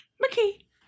Mickey